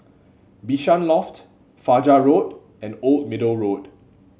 Bishan Loft Fajar Road and Old Middle Road